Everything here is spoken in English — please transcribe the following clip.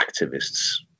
activists